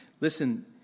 Listen